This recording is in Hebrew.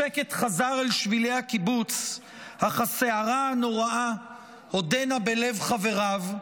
השקט חזר אל שבילי הקיבוץ אך הסערה הנוראה עודנה בלב חבריו,